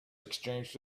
exchanged